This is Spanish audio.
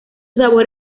sabor